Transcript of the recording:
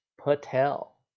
Patel